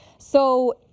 so,